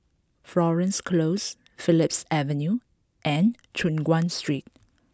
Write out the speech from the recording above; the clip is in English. Florence Close Phillips Avenue and Choon Guan Street